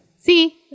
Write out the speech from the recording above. See